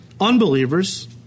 Unbelievers